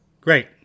great